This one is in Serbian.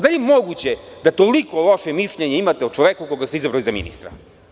Da li je moguće da toliko loše mišljenje imate o čoveku koga ste izabrali za ministra?